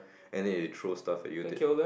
and then they throw stuff at you